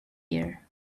year